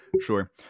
sure